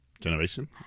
generation